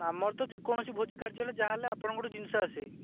ଆମର ତ ଯେକୌଣସି ଭୋଜି କାର୍ଯ୍ୟ ହେଲେ ଯାହା ହେଲେ ଆପଣଙ୍କଠୁ ଜିନିଷ ଆସେ